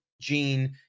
gene